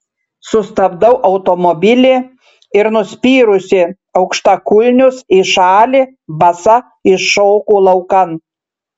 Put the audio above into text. sustabdau automobilį ir nuspyrusi aukštakulnius į šalį basa iššoku laukan